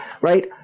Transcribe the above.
right